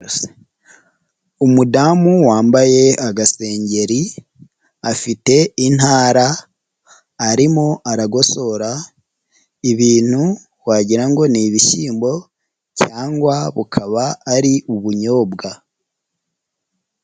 Umudamu wambaye agasengeri, afite intara arimo aragosora ibintu wagira ngo ni ibishyimbo cyangwa bukaba ari ubunyobwa.